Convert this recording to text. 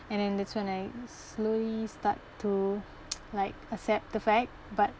and then that's when I slowly start to like accept the fact but